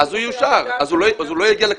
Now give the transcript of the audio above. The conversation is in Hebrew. זה אומר שהוא יאושר או ייפסל.